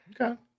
Okay